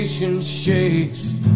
shakes